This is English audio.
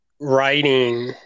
writing